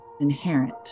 inherent